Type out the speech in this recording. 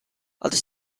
other